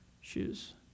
shoes